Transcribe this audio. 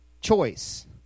choice